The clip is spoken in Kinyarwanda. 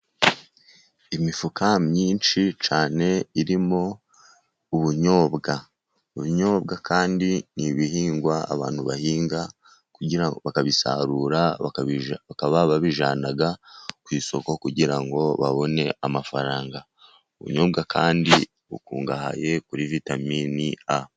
Imifuka myinshi cyane irimo ubunyobwa. Ubunyobwa kandi n'ibihingwa abantu bahinga bakabisarura, bakaba babijyana ku isoko kugira ngo babone amafaranga. ubunyobwa kandi bukungahaye kuri vitaminini A.